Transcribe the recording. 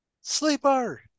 Sleeper